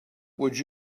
would